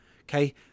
okay